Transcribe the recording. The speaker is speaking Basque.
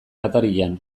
atarian